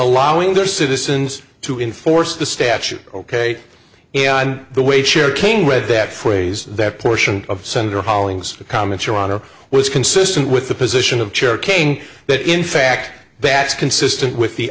allowing their citizens to enforce the statute ok and the way sure came with that phrase that portion of senator hollings comments your honor was consistent with the position of chair caning that in fact that's consistent with the